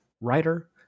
writer